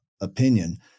opinion